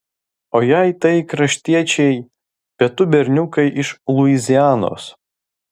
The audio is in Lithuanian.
o jei tai kraštiečiai pietų berniukai iš luizianos